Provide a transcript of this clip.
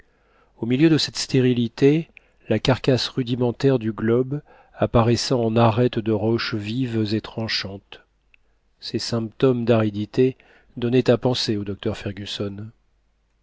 au milieu de cette stérilité la carcasse rudimentaire du globe apparaissant en arêtes de roches vives et tranchantes ces symptômes d'aridité donnaient à penser au docteur fergusson